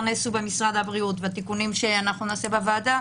נעשו במשרד הבריאות והתיקונים שנעשה בוועדה,